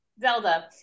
Zelda